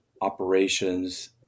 operations